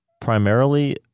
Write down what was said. primarily